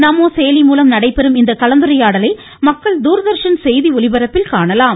நமோ செயலி மூலம் நடைபெறும் இந்த கலந்துரையாடலை மக்கள் துார்தர்ஷன் செய்தி ஒளிபரப்பில் காணலாம்